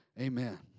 Amen